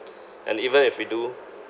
and even if we do